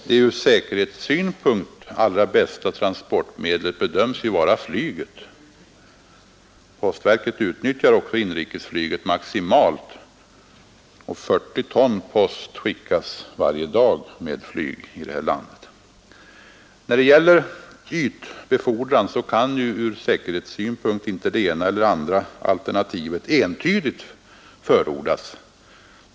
Det ur säkerhetssynpunkt allra bästa transportmedlet bedöms ju vara flyget. Postverket utnyttjar också inrikesflyget maximalt, och 40 ton post skickas varje dag med flyg i detta land. När det gäller ytbefordran kan ur säkerhetssynpunkt inte det ena eller andra alternativet entydigt förordas.